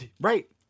Right